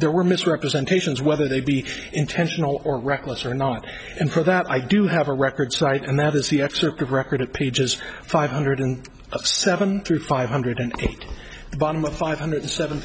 there were misrepresentations whether they be intentional or reckless or not and for that i do have a record site and that is the excerpt of record at pages five hundred and seven through five hundred and bottom of five hundred seven